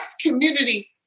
community